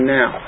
now